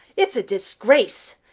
it's a disgrace!